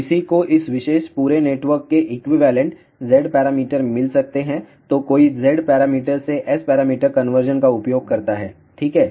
किसी को इस विशेष पूरे नेटवर्क के इक्विवेलेंट Z पैरामीटर मिल सकते हैं तो कोई Z पैरामीटर से S पैरामीटर कन्वर्जन का उपयोग करता है ठीक है